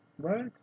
Right